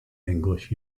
english